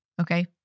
Okay